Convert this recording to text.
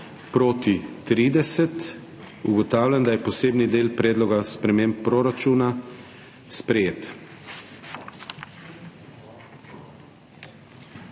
(Proti 30.) Ugotavljam, da je posebni del Predloga sprememb proračuna sprejet.